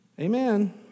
Amen